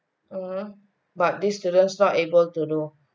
mm but these students not able to do